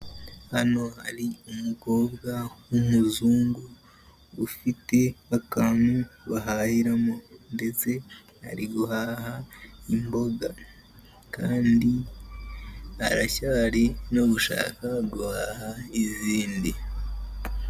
Hano hari umukobwa w'umuzungu ufite akantu bahahiramo, ndetse ari guhaha imboga kandi aracyari no gushaka guhaha izindi.